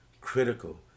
critical